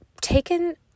taken